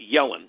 Yellen